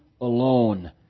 alone